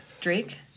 Drake